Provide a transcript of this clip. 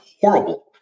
horrible